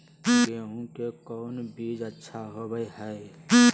गेंहू के कौन बीज अच्छा होबो हाय?